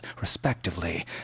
respectively